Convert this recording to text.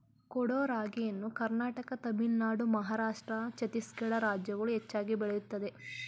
ಕೊಡೋ ರಾಗಿಯನ್ನು ಕರ್ನಾಟಕ ತಮಿಳುನಾಡು ಮಹಾರಾಷ್ಟ್ರ ಛತ್ತೀಸ್ಗಡ ರಾಜ್ಯಗಳು ಹೆಚ್ಚಾಗಿ ಬೆಳೆಯುತ್ತದೆ